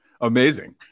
Amazing